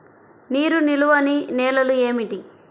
నీరు నిలువని నేలలు ఏమిటి?